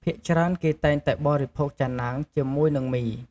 ភាគច្រើនគេតែងតែបរិភោគចាណាងជាមួយនឹងមី។